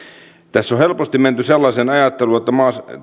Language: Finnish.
tässä on helposti menty sellaiseen ajatteluun että